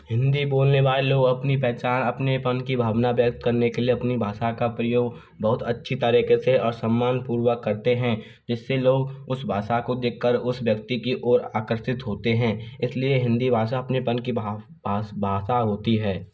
हिन्दी बोलने वालो अपनी पहचान अपनेपन की भावना व्यक्त करने के लिए अपनी भाषा का प्रयोग बहुत अच्छी तरीके से और सम्मानपूर्वक करते हैं जिससे लोग उस भाषा को देख कर उसे व्यक्ति की ओर आकर्षित होते हैं इसलिए हिंदी भाषा अपनेपन की भा भाषा होती है